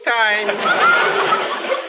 time